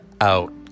out